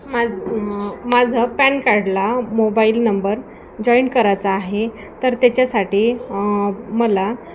माज माझं पॅन कार्डला मोबाईल नंबर जॉईंट करायचा आहे तर त्याच्यासाठी मला